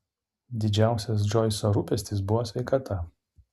didžiausias džoiso rūpestis buvo sveikata